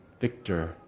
Victor